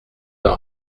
d’un